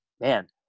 man